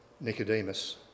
Nicodemus